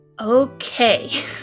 Okay